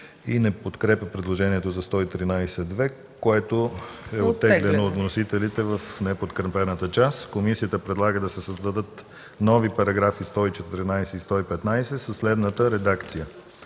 и не подкрепя предложението за § 113в, което е оттеглено от вносителите в неподкрепената част. Комисията предлага да се създадат нови § 114 и § 115 със следната редакция: